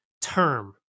term